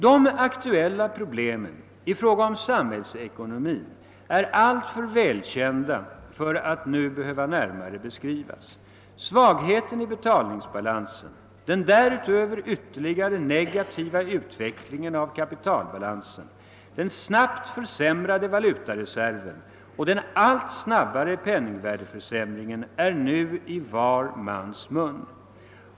De aktuella problemen i fråga om samhällsekonomin är alltför välkända för att behöva närmare beskrivas. Svagheten i betalningsbalansen, den därutöver ytterligare negativa utvecklingen av kapitalbalansen, den snabbt försämrade valutareserven och den allt snabbare penningvärdeförsämringen är nu i var mans mun.